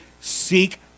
seek